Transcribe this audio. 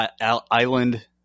island